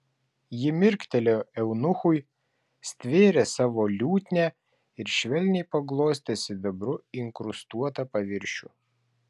ji mirktelėjo eunuchui stvėrė savo liutnią ir švelniai paglostė sidabru inkrustuotą paviršių